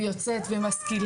והיא יוצאת ומשכילה,